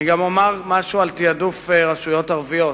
אני גם אומר משהו על תעדוף רשויות ערביות,